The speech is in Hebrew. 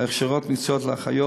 הכשרות מקצועיות לאחיות,